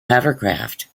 hovercraft